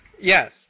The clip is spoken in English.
Yes